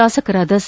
ಶಾಸಕರಾದ ಸಿ